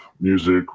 music